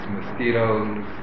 mosquitoes